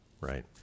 Right